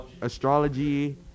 Astrology